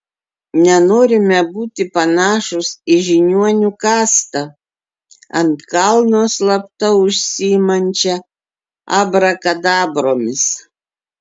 nenorime būti panašūs į žiniuonių kastą ant kalno slapta užsiimančią abrakadabromis